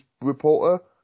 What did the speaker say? reporter